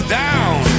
down